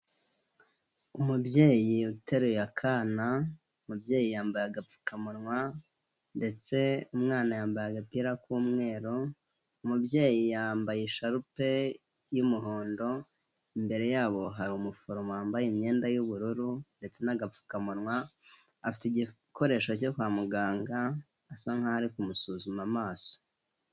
Umubyeyi uteruye akana, umubyeyi yambaye agapfukamunwa, ndetse umwana yambaye agapira k'umweru, umubyeyi yambaye isharupe y'umuhondo, imbere yabo hari umuforomo wambaye imyenda y'ubururu, ndetse n'agapfukamunwa, afite igikoresho cyo kwa muganga asa nk'aho ari kumusuzuma amaso.